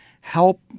help